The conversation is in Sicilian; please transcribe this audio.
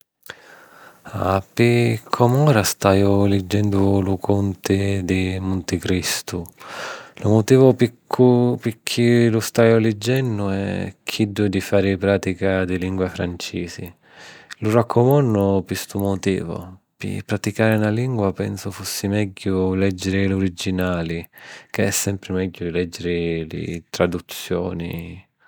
Pi com'ora, staiu liggennu Lu Cunti di Munticristu. Lu mutivu di picchì lu staiu liggennu è chiddu di fari pràtica di lingua francisi. Lu raccumannu pi stu mutivu. Pi praticari na lingua pensu fussi megghiu lèggiri l'urigginali ca è sempri megghiu di lèggiri li traduzioni.